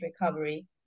recovery